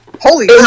Holy